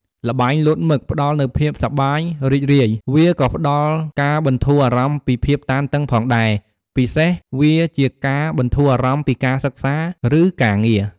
ល្បែងលោតមឹកផ្ដល់នូវភាពសប្បាយរីករាយ វាក៏ផ្ដល់ការបន្ធូរអារម្មណ៍ពីភាពតានតឹងផងដែរ ពិសេសវាជាការបន្ធូរអារម្មណ៍ពីការសិក្សា ឬការងារ។